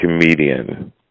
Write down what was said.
comedian